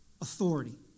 authority